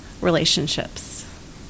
relationships